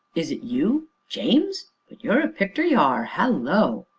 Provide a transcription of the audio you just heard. is it you james! but you're a picter, you are hallo!